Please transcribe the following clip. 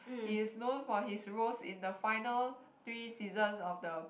he is known for his roles in the final three seasons of the